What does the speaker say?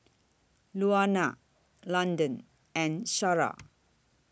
Luana Londyn and Shara